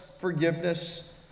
forgiveness